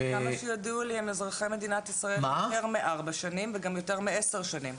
עד כמה שידוע לי הם אזרחי מדינת ישראל יותר מ-4 שנים ויותר מ-10 שנים.